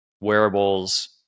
wearables